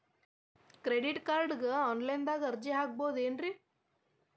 Credit ಕಾರ್ಡ್ಗೆ online ದಾಗ ಅರ್ಜಿ ಹಾಕ್ಬಹುದೇನ್ರಿ?